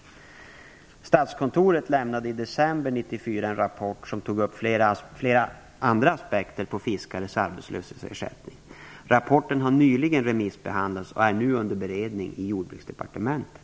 Statskontoret lämnade i december 1994 en rapport som tog upp flera aspekter på fiskares arbetslöshetsersättning. Rapporten har nyligen remissbehandlats och är nu under beredning i Jordbruksdepartementet.